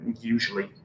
usually